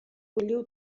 bulliu